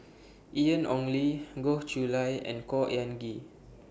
Ian Ong Li Goh Chiew Lye and Khor Ean Ghee